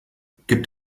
gibt